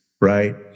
right